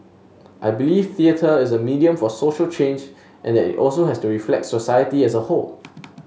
I believe theatre is a medium for social change and that it also has to reflect society as a whole